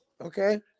Okay